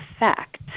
effect